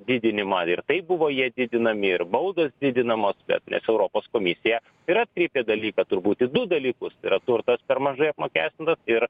didinimą ir taip buvo jie didinami ir baudos didinamos bet nes europos komisija ir atkreipė dalyką turbūt į du dalykus tai yra turtas per mažai apmokestintas ir